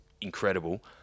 incredible